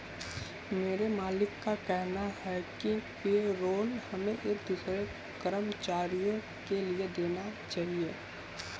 मेरे मालिक का कहना है कि पेरोल हमें एक दूसरे कर्मचारियों के लिए देना चाहिए